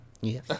Yes